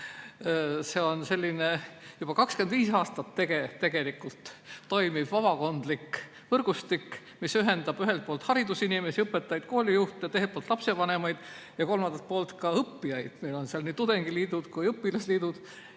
See on juba 25 aastat toimiv vabakondlik võrgustik, mis ühendab ühelt poolt haridusinimesi, õpetajaid ja koolijuhte, teiselt poolt lastevanemaid ja kolmandalt poolt ka õppijaid, meil on seal nii tudengiliidud kui ka õpilasliidud.